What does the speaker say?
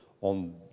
on